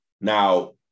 Now